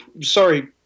Sorry